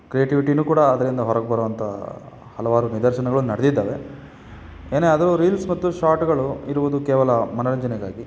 ಕ್ರಿಯೇಟಿವಿಟಿಯೂ ಕೂಡ ಅದರಿಂದ ಹೊರಗೆ ಬರೋಂಥ ಹಲವಾರು ನಿದರ್ಶನಗಳು ನಡೆದಿದ್ದಾವೆ ಏನೇ ಆದರೂ ರೀಲ್ಸ್ ಮತ್ತು ಶಾರ್ಟ್ಗಳು ಇರುವುದು ಕೇವಲ ಮನರಂಜನೆಗಾಗಿ